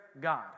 God